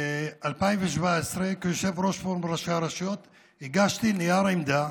2017 כיושב-ראש פורום ראשי הרשויות הגשתי נייר עמדה